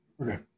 okay